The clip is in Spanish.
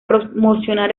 promocionar